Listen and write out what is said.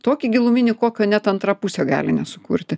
tokį giluminį kokio net antra pusė gali nesukurti